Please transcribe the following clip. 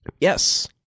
Yes